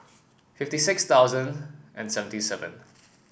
fifty six thousand and seventy seven